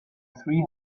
three